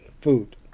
food